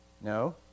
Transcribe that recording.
No